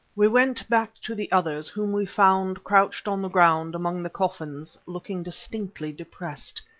we went back to the others whom we found crouched on the ground among the coffins, looking distinctly depressed.